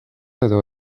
edo